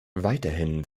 weiterhin